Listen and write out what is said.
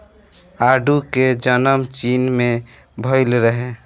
आडू के जनम चीन में भइल रहे